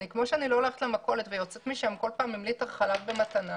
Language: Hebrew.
כמו שאני לא הולכת למכולת ויוצאת בכל פעם עם ליטר חלב במתנה,